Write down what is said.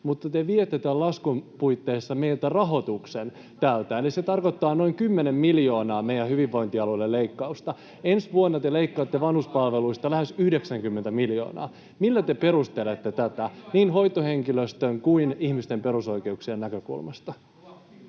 mutta te viette tämän laskun puitteissa meiltä rahoituksen tältä. Eli se tarkoittaa noin 10 miljoonaa meidän hyvinvointialueelle leikkausta. Ensi vuonna te leikkaatte vanhuspalveluista lähes 90 miljoonaa. Millä te perustelette tätä, niin hoitohenkilöstön kuin ihmisten perusoikeuksien näkökulmasta?